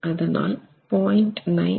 அதனால் 0